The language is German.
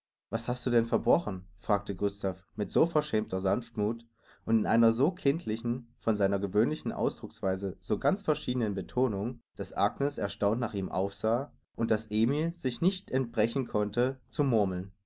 was hast du denn verbrochen fragte gustav mit so verschämter sanftmuth und in einer so kindlichen von seiner gewöhnlichen ausdrucksweise so ganz verschiedenen betonung daß agnes erstaunt nach ihm aufsah und daß emil sich nicht entbrechen konnte zu murmeln